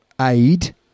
aid